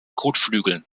kotflügeln